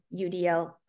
UDL